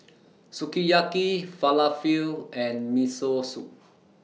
Sukiyaki Falafel and Miso Soup